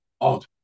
odd